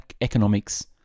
economics